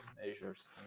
measures